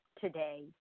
today